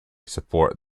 support